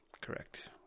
Correct